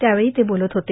त्यावेळी ते बोलत होते